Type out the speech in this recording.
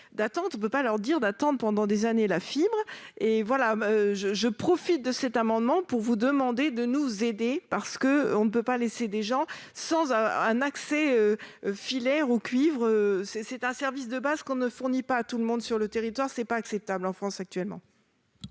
on ne peut pas leur dire d'attendre la fibre pendant encore des années. Je profite de cet amendement pour vous demander de nous aider. On ne peut pas laisser des gens sans un accès filaire cuivre. Or c'est un service de base que l'on ne fournit pas à tout le monde sur le territoire. Ce n'est pas acceptable en France ! Je mets